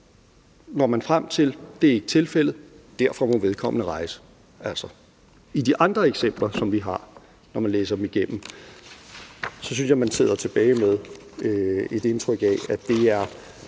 når man frem til, at det ikke er tilfældet, og derfor må vedkommende rejse. I de andre eksempler, vi har, synes jeg, at man, når man læser dem igennem, sidder tilbage med et indtryk af, at det er